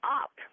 up